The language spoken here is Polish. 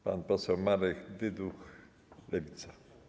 Pan poseł Marek Dyduch, Lewica.